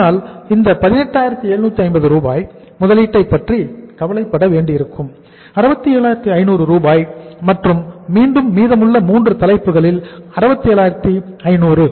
ஆனால் இந்த 18750 ரூபாய் முதலீட்டை பற்றி கவலைப்பட வேண்டியிருக்கும் 67500 ரூபாய் மற்றும் மீண்டும் மீதமுள்ள மூன்று தலைப்புகளில் 67500